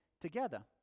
together